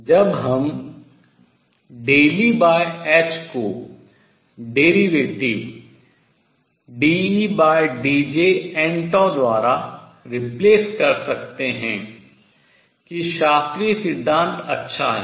जब हम को derivative अवकलन द्वारा replace प्रतिस्थापित कर सकते हैं कि शास्त्रीय सिद्धांत अच्छा है